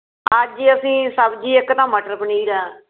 ਅੱਜ ਅਸੀਂ ਸਬਜ਼ੀ ਇੱਕ ਤਾਂ ਮਟਰ ਪਨੀਰ ਆ